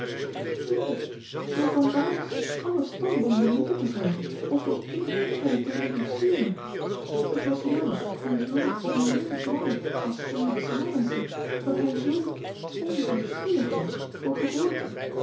fi donc zoo vandaalsch alle stamboomen neer te vellen of tot één enkelen te reduceeren het was jammer van zoo'n eminent man als son excellence dat hij zoo onverschillig was voor geboorte